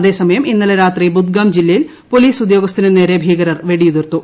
അതേസമയം ഇന്നലെ രാത്രി ബുദ്ഗാം ജില്ലയിൽ പോലീസ് ഉദ്യോഗസ്ഥനു നേരെ ഭീകരർ വെടിയുതിർത്തു